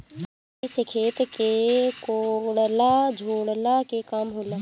कुदारी से खेत के कोड़ला झोरला के काम होला